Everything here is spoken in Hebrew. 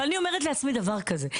אבל אני אומרת לעצמי דבר כזה,